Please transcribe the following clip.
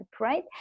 right